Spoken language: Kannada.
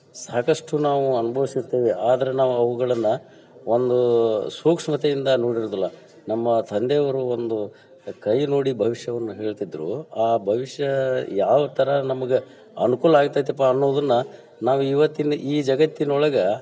ಸಾಕಷ್ಟು ನಾವು ಅನುಭವ್ಸಿರ್ತಿವಿ ಆದ್ರೆ ನಾವು ಅವುಗಳನ್ನ ಒಂದು ಸೂಕ್ಷ್ಮತೆಯಿಂದ ನೋಡಿರುವುದಿಲ್ಲ ನಮ್ಮ ತಂದೆಯವರು ಒಂದು ಕೈ ನೋಡಿ ಭವಿಷ್ಯವನ್ನು ಹೇಳ್ತಿದ್ದರು ಆ ಭವಿಷ್ಯ ಯಾವ ಥರ ನಮ್ಗೆ ಅನುಕೂಲ ಆಯ್ತಾಯಿತ್ತಪ್ಪ ಅನ್ನುದನ್ನು ನಾವು ಇವತ್ತಿನ ಈ ಜಗತ್ತಿನೊಳಗೆ